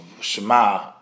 Shema